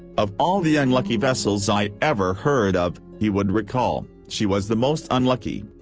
of all the unlucky vessels i ever heard of, he would recall, she was the most unlucky.